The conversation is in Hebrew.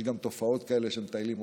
יש גם תופעות כאלה של מטיילים,